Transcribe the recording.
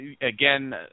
Again